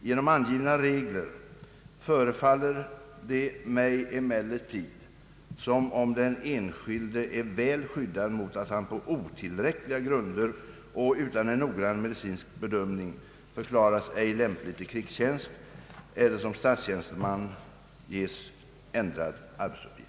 Genom angivna regler förefaller det mig emellertid som om den enskilde är väl skyddad mot att han på otillräckliga grunder och utan en noggrann medicinsk bedömning förklaras ej lämplig till krigstjänst eller som statstjänsteman ges ändrad arbetsuppgift.